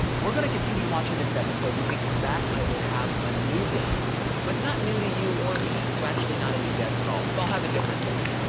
we're gonna continue watching this episode, when we come back, i will have a new guest, but not new to you or me. so actually not a new guests at all, but i'll have a different guest.